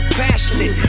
passionate